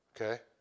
okay